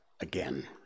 again